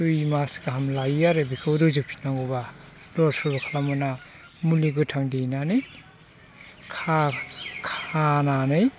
दुइ मास गाहाम लायो आरो बेखौ रुजुब फिननांगौब्ला लर सरबो खालामनो मोना मुलि गोथां देनानै खानानै